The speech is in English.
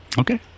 Okay